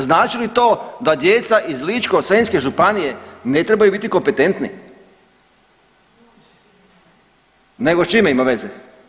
Znači li to da djeca iz Ličko-senjske županije ne trebaju biti kompetentni? … [[Upadica iz klupe se ne razumije]] Nego s čime ima veze?